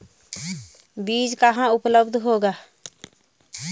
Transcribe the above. बीज कहाँ उपलब्ध होगा?